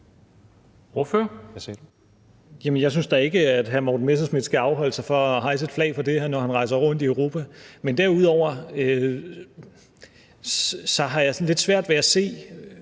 jeg synes da ikke, at hr. Morten Messerschmidt skal afholde sig fra at hejse et flag for det her, når han rejser rundt i Europa. Men derudover har jeg lidt svært ved at se,